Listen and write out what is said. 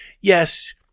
Yes